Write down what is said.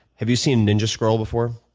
have you seen ninja scroll before?